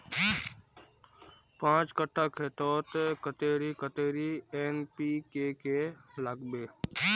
पाँच कट्ठा खेतोत कतेरी कतेरी एन.पी.के के लागबे?